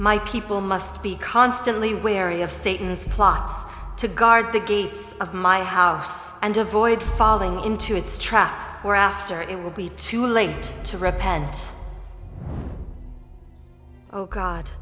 my people must be constantly wary of satan's plot to guard the gates of my house and avoid falling into its trap were after it will be too late to repent oh god